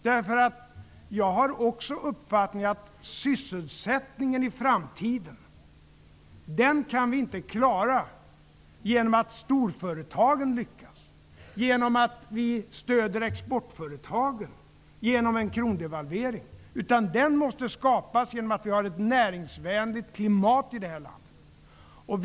Det är också min uppfattning att sysselsättningen i framtiden inte kan klaras genom att storföretagen lyckas, genom att exportföretagen stöds, genom att devalvera kronkursen. Möjligheter till sysselsättning måste skapas genom ett näringsvänligt klimat i det här landet.